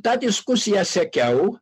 tą diskusiją sekiau